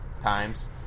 times